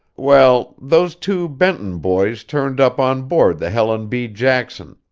well, those two benton boys turned up on board the helen b. jackson.